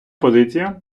позиція